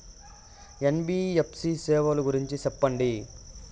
NBFC సేవల గురించి సెప్పండి?